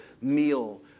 meal